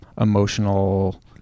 emotional